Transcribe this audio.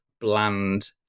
bland